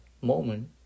moment